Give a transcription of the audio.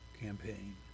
campaign